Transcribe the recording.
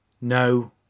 no